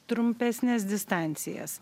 trumpesnes distancijas